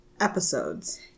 episodes